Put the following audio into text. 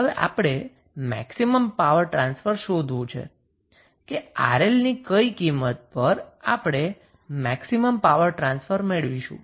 હવે આપણે maximum power transfer શોધવુ છે કે 𝑅𝐿 ની કઈ કિંમત પર આપણે મેક્સિમમ પાવર ટ્રાન્સફર મેળવીશું